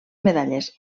medalles